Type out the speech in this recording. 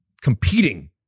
competing